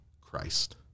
Christ